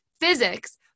physics